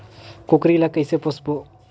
कूकरी ला कइसे पोसबो?